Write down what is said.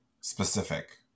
specific